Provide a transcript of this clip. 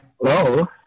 Hello